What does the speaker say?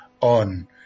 on